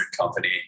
company